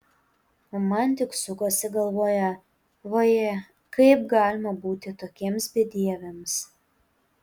o man tik sukosi galvoje vaje kaip galima būti tokiems bedieviams